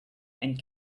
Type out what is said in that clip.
and